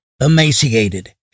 emaciated